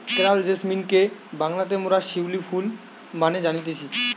coral জেসমিনকে বাংলাতে মোরা শিউলি ফুল মানে জানতেছি